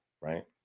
right